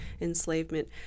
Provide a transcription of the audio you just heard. enslavement